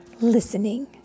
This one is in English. Listening